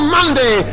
Monday